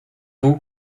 vous